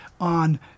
on